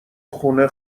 خونه